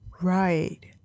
Right